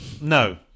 no